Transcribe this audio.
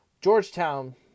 Georgetown